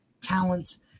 talents